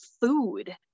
food